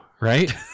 right